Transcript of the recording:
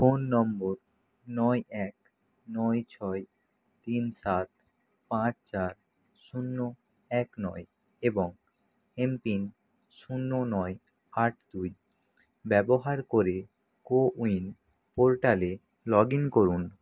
phone নম্বর নয় এক নয় ছয় তিন সাত পাঁচ চার শূন্য এক নয় এবং এমপিন শূন্য নয় আট দুই ব্যবহার করে কোউইন পোর্টালে লগ ইন করুন